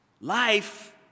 Life